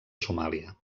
somàlia